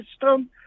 system